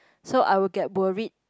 so I will get worried